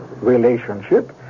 relationship